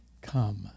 come